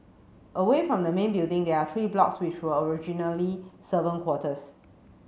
away from the main building there are three blocks which were originally servant quarters